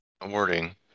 awarding